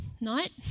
night